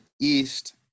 East